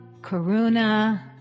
karuna